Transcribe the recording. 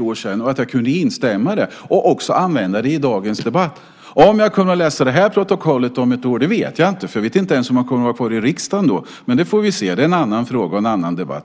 år sedan, liksom att jag kunde instämma i det och använda det i dagens debatt. Om jag kommer att kunna läsa dagens protokoll om ett år vet jag inte, för jag vet inte ens om jag kommer att vara kvar i riksdagen då. Det får vi se. Det är en annan fråga och en annan debatt.